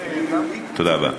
תודה רבה.